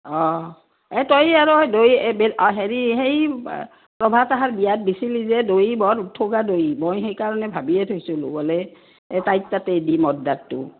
অঁ এই তই আৰু দৈ হেৰি সেই প্ৰভাতহাৰ বিয়াত বিছিলি যে দৈ বৰ দৈ মই সেইকাৰণে ভাবিয়ে থৈছিলোঁ গ'লে এই তাইত তাতে দি অৰ্ডাৰটো